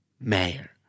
Mayor